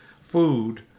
food